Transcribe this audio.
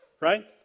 right